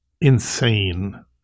insane